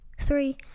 three